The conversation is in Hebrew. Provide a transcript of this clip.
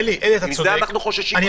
הרי מזה אנחנו חוששים.